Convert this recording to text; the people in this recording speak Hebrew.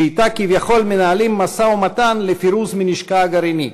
שאתה כביכול מנהלים משא-ומתן לפירוקה מנשקה הגרעיני,